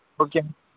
okay